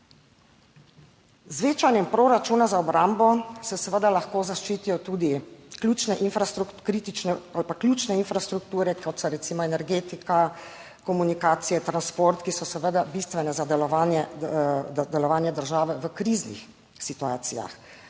Z večanjem proračuna za obrambo se seveda lahko zaščitijo tudi ključne infrastrukture, kot so recimo energetika, komunikacije, transport, ki so seveda bistvene za delovanje, delovanje države v kriznih situacijah,